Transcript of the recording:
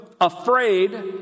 afraid